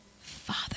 Father